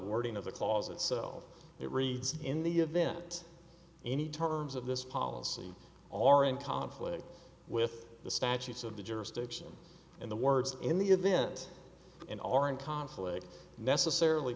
wording of the clause itself it reads in the event any terms of this policy are in conflict with the statutes of the jurisdiction and the words in the event and are in conflict necessarily